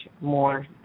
more